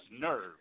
nerve